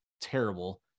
terrible